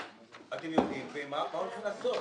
אתם יודעים אבל מה הולכים לעשות?